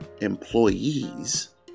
employees